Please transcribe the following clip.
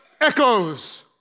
echoes